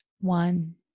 One